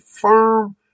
firm